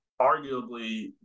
arguably –